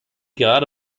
gerade